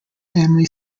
family